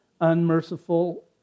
unmerciful